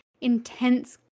intense